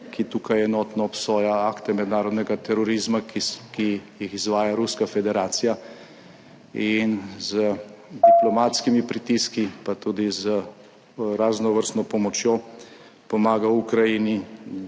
ki tukaj enotno obsoja akte mednarodnega terorizma, ki jih izvaja Ruska federacija in z diplomatskimi pritiski, pa tudi z raznovrstno pomočjo pomaga Ukrajini,